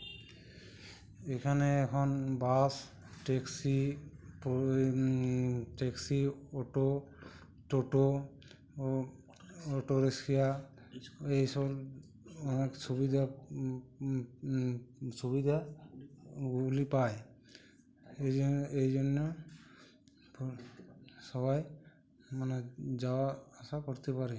এখানে এখন bus taxi পরী ট্যাক্সি অটো টোটো ও অটোরিক্সা এই সব অনেক সুবিধা সুবিধাগুলি পায় এজন্য এই জন্য সবাই মানে যাওয়া আসা করতে পারে